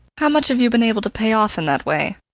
how much have you been able to pay off in that way?